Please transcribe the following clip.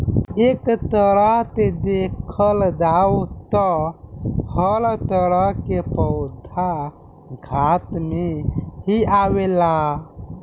एक तरह से देखल जाव त हर तरह के पौधा घास में ही आवेला